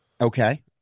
Okay